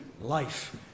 life